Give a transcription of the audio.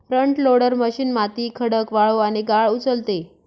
front loader machine माती, खडक, वाळू आणि गाळ उचलते